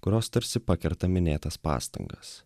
kurios tarsi pakerta minėtas pastangas